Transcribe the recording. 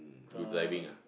you driving ah